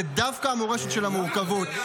זה דווקא המורשת של המורכבות,